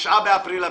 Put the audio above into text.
תשעה באפריל הבחירות.